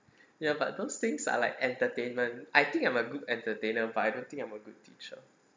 ya but those things are like entertainment I think I'm a good entertainer but I don't think I'm a good teacher